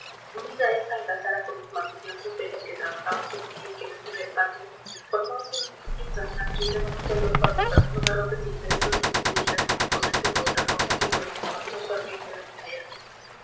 unida esta algazara con los martillazos de los que trabajaban sobre el yunque dentro del patio formábase una música infernal que hubiera vuelto loco a d fernando garrote si el cerebro de este pudiera descomponerse por otra causa que por el espantoso hervir de las ideas